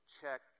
check